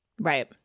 Right